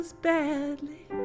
Badly